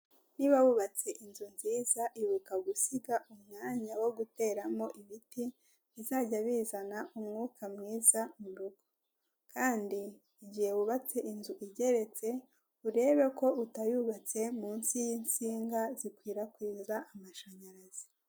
Niba wubatse inzu nziza ibuka gusiga umwanya wo guteramo ibiti, bizajya bizana umwuka mwiza mu rugo. Kandi igihe wubatse inzu igerereke, urebe ko utayubatse munsi y'insinga zikwirakwiza amashanyarazi.